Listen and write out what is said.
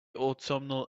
autumnal